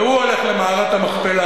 והוא הולך למערת המכפלה,